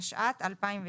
התשע"ט-2019.